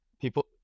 people